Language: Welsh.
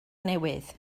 newydd